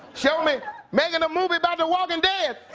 show me making a movie about the walking dead.